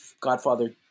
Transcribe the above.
godfather